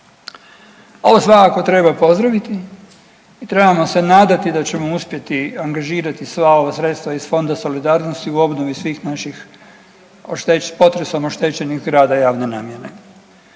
Ovo svakako treba pozdraviti i trebamo se nadati da ćemo uspjeti angažirati sva ova sredstva iz Fonda solidarnosti u obnovi svih naših potresom oštećenih zgrada javne namjene.